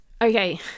Okay